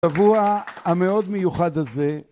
השבוע המאוד מיוחד הזה